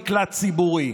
במקלט ציבורי,